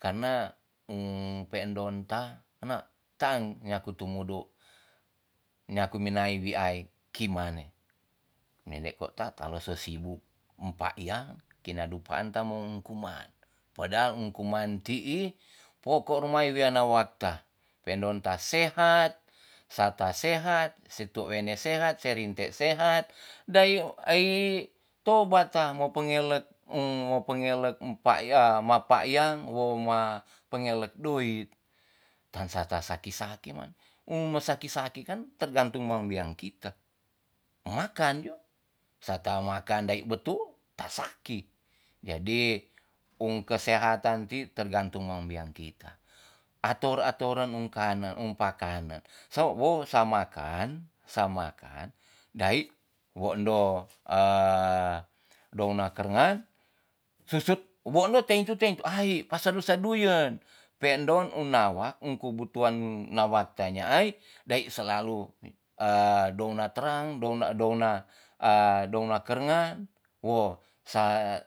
Karna um pe ndon ta ana taan nyaku tumudu nyaku minae wi ai kimane nene kwa ta kalo so sibuk empakyang kinadu paantang mo kuman padahal kuman ti'i poko rumae wiana wakta pe endon ta sehat sa ta sehat se tou wene sehat se tou rinte sehat dae ai tobatta mo pengelet um- pengelet um empakya mapakyang wo ma pengelet doit ta sa tasaki saki man um saki saki kan tergantung me wean kita makan jo sa ta makan dae betul ta saki jadi um kesehatan ti tergantung membiang kita atur aturan emkanen um pakanen so wo samakan- samakan dae wo endo a douna karengan susut wo endo tengtu tentu ai pasedu seduyen pe endon um nawa um kubur tuan nawa tanya ai dae selalu a douna terang douna douna a douna karengan wo sa